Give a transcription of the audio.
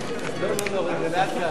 שזה משרד המדע,